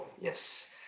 yes